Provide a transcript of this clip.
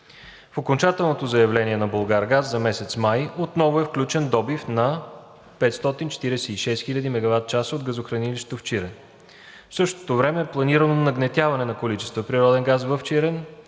В окончателното заявление на „Булгаргаз“ за месец май отново е включен добив на 546 000 мегаватчаса от газохранилището в Чирен. В същото време е планирано нагнетяване на количества природен газ в Чирен.